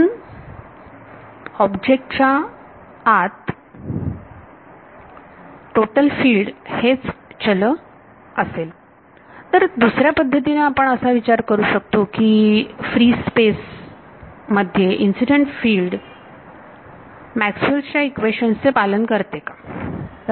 म्हणून आमचे च्या आत मध्ये टोटल फिल्ड हेच चल असेल तर दुसऱ्या पद्धतीने आपण असा विचार करू शकतो की फ्री स्पेस मध्ये इन्सिडेंट फिल्ड मॅक्सवेल च्या इक्वेशन्सMaxwell's equations चे पालन करते का